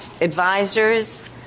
advisors